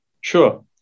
Sure